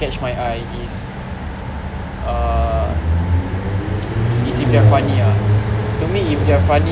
catch my eye is err is the girl funny ah to me if they're funny